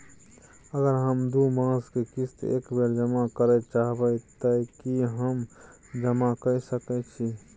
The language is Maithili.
अगर हम दू मास के किस्त एक बेर जमा करे चाहबे तय की हम जमा कय सके छि?